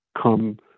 come